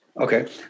Okay